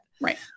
Right